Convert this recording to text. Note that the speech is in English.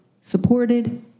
supported